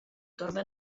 torbę